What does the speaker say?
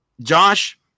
Josh